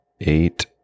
eight